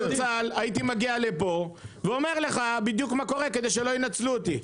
הייתי מגיע לפה ואומר לך בדיוק מה קורה כדי שלא ינצלו אותי.